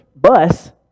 bus